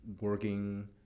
working